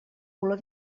color